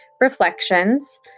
Reflections